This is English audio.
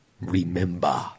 Remember